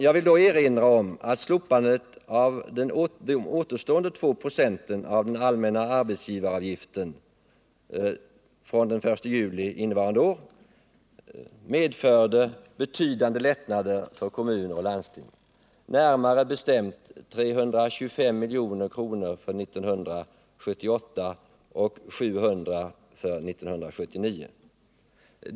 Jag vill då erinra om att slopandet av återstående 2 26 av den allmänna arbetsgivaravgiften från den 1 juli innevarande år medförde betydande lättnader för kommuner och landsting, närmare bestämt 325 milj.kr. för 1978 och 700 milj.kr. för 1979.